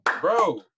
bro